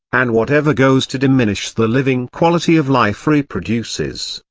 and whatever goes to diminish the living quality of life reproduces,